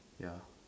ya